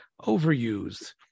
overused